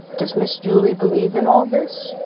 does miss julie believe in all this?